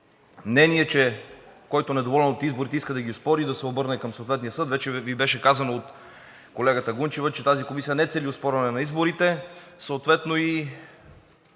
мнение, че който е недоволен от изборите, иска да ги оспори, да се обърне към съответния съд. Вече Ви беше казано от колегата Гунчева, че тази комисия не цели оспорване на изборите. Знам,